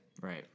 Right